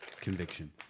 conviction